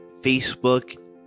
Facebook